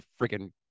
freaking